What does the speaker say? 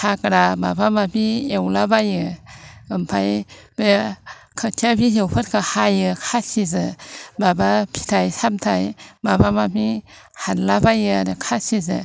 हाग्रा माबा माबि एवलाबायो ओमफ्राय बे खोथिया बिजौफोरखो हायो खासिजों माबा फिथाइ सामथाय माबा माबि हानला बायो आरो खासिजों